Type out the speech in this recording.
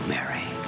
Mary